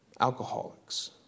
Alcoholics